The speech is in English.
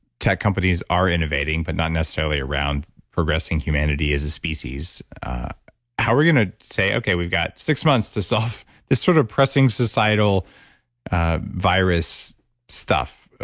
tech companies are innovating, but not necessarily around progressing humanity as a species how are we going to say, okay, we've got six months to solve this sort of pressing societal ah virus stuff.